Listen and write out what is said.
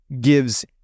gives